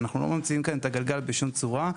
אנחנו לא ממציאים כאן את הגלגל בשום צורה.